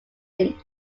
union